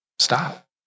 stop